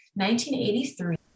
1983